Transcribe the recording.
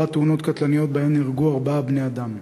תאונות קטלניות שנהרגו בהן ארבעה בני-אדם: